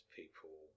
people